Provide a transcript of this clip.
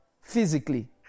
Physically